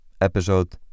episode